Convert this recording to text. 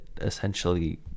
essentially